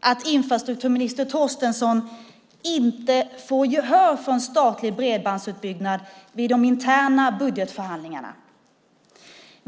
att infrastrukturminister Torstensson inte får gehör för en statlig bredbandsutbyggnad i de interna budgetförhandlingarna?